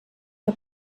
que